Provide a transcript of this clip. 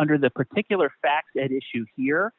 under the particular facts at issue here